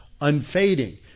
unfading